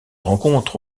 rencontre